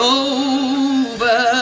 over